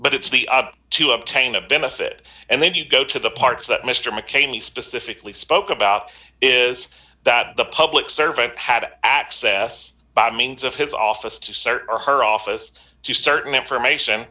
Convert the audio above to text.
but it's the up to obtain a benefit and then you go to the parts that mr mccain he specifically spoke about is that the public servant had access by means of his office to search or her office to certain information